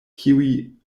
kiuj